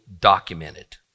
documented